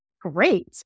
Great